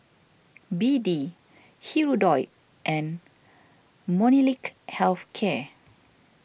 B D Hirudoid and Molnylcke Health Care